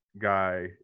guy